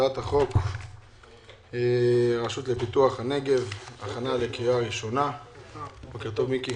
הצעת חוק הרשות לפיתוח הנגב (תיקון - שינוי הגדרת הנגב),